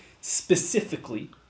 specifically